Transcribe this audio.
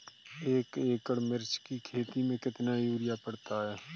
एक एकड़ मिर्च की खेती में कितना यूरिया पड़ता है?